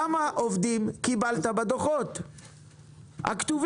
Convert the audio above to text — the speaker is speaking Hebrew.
על כמה עובדים מדובר בדוחות הכתובים?